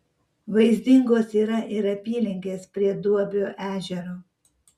vaizdingos yra ir apylinkės prie duobio ežero